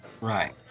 Right